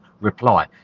reply